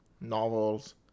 novels